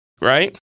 right